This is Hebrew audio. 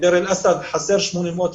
בדיר אל אסד חסרים 810,